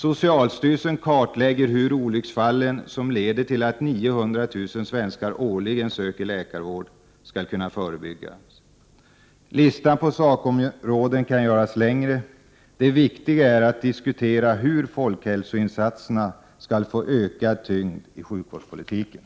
Socialstyrelsen kartlägger hur olycksfallen, som leder till att 900 000 svenskar årligen söker läkarvård, skall kunna förebyggas. Listan på sakområden kan göras längre. Det viktiga är att diskutera hur folkhälsoinsatserna skall få ökad tyngd i sjukvårdspolitiken.